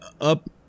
up